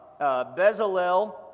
Bezalel